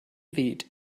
weht